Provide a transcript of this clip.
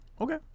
Okay